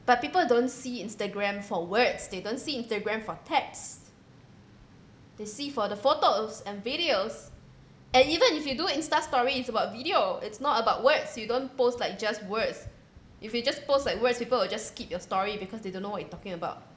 but people don't see Instagram for words they don't see Instagram for texts they see for the photos and videos and even if you do Insta story it's about video it's not about words you don't post like just words if you just post like words people will just skip your story because they don't know what you talking about